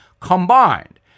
combined